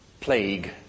plague